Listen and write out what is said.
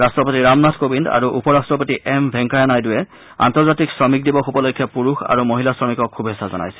ৰাট্টপতি ৰামনাথ কোবিন্দ আৰু উপ ৰাট্টপতি এম ভেংকায়া নাইডুৱে আন্তৰ্জাতিক শ্ৰমিক দিৱস উপলক্ষে পুৰুষ আৰু মহিলা শ্ৰমিকক শুভেচ্ছ জনাইছে